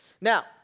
Now